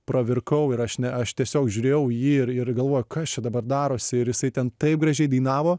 pravirkau ir aš ne aš tiesiog žiūrėjau į jį ir ir galvoju kas čia dabar darosi ir jisai ten taip gražiai dainavo